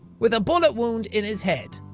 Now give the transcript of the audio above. with a bullet wound in his head.